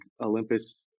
olympus